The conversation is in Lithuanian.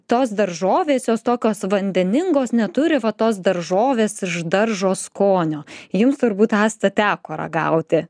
tos daržovės jos tokios vandeningos neturi va tos daržovės iš daržo skonio jums turbūt asta teko ragauti